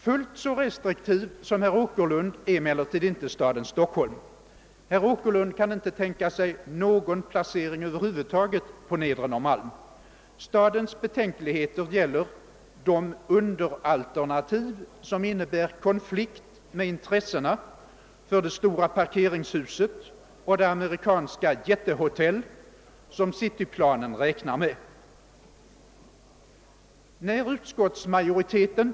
Fullt så restriktiv som herr Åkerlund är emellertid inte Stockholms stad. Herr Åkerlund kan inte tänka sig någon placering på Nedre Norrmalm över huvud taget. Stadens betänkligheter gäller endast de underalternativ som innebär konflikt med intressena för det stora parkeringshus och det hotell som cityplanen räknar med.